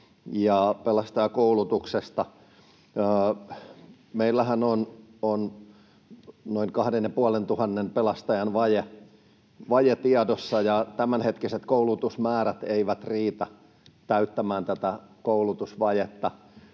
ja pelastajakoulutuksesta. Meillähän on noin kahden ja puolen tuhannen pelastajan vaje tiedossa, ja tämänhetkiset koulutusmäärät eivät riitä täyttämään tätä koulutusvajetta.